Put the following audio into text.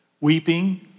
Weeping